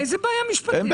איזו בעיה משפטית?